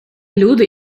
люди